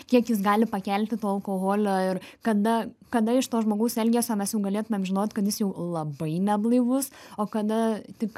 kiek jis gali pakelti to alkoholio ir kada kada iš to žmogaus elgesio mes jau galėtumėm žinot kad jis jau labai neblaivus o kada tik